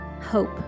hope